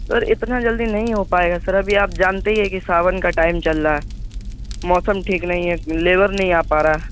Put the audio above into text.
سر اتنا جلدی نہیں ہو پائے گا سر ابھی آپ جانتے ہی ہیں کہ ساون کا ٹائم چل رہا ہے موسم ٹھیک نہیں ہے لیور نہیں آ پا رہا